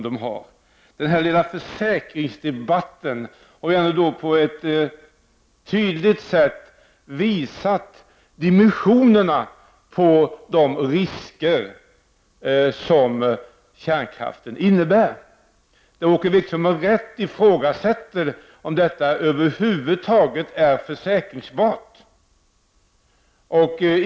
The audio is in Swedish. Denna lilla försäkringsdebatt har trots allt på ett tydligt sätt visat dimensionerna på de risker som är förenade med kärnkraften. Åke Wictorsson ifrågasätter med rätta om denna verksamhet över huvud taget är försäkringsbar.